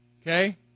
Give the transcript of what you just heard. Okay